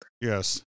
Yes